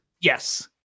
yes